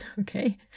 Okay